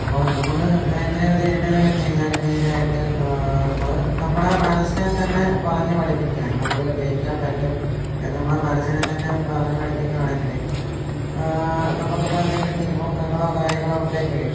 അപ്പോൾ നമ്മള് എങ്ങനെയാ ചെയ്യേണ്ടതെന്ന് വെച്ച് കഴിഞ്ഞാല് മെയ്നായിട്ട് നമ്മള് നമ്മുടെ മനസ്സിനെ തന്നെ പറഞ്ഞു പഠിപ്പിക്കുക നമുക്ക് ജയിക്കാൻ പറ്റും എന്ന് നമ്മുടെ മനസ്സിനെ തന്നെ പറഞ്ഞു പഠിപ്പിക്കുകയാണെങ്കില് നമുക്കിപ്പോ എന്തെങ്കിലും പിരിമുറുക്കങ്ങളോ കാര്യങ്ങളോ ഉണ്ടെങ്കില്